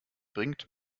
bringt